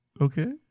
okay